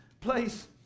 place